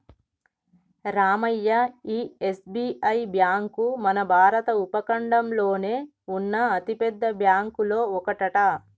రామయ్య ఈ SBI bank మన భారత ఉపఖండంలోనే ఉన్న అతిపెద్ద బ్యాంకులో ఒకటట